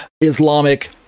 Islamic